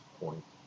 point